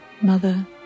Mother